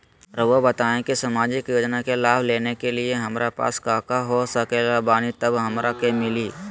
रहुआ बताएं कि सामाजिक योजना के लाभ लेने के लिए हमारे पास काका हो सकल बानी तब हमरा के मिली?